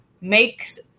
makes